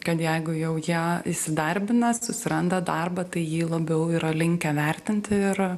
kad jeigu jau jie įsidarbina susiranda darbą tai jį labiau yra linkę vertinti ir